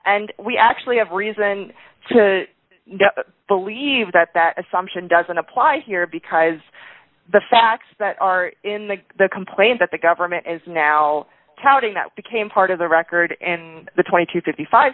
and we actually have reason to believe that that assumption doesn't apply here because the facts that are in the complaint that the government is now touting that became part of the record and the twenty to fifty five